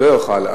ולא אוכל.